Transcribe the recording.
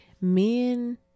men